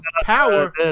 power